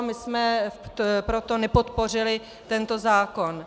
My jsme proto nepodpořili tento zákon.